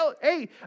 Hey